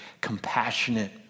compassionate